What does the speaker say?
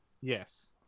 Yes